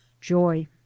joy